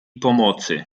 pomocy